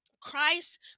christ